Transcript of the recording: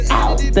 out